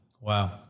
Wow